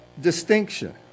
distinction